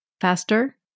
faster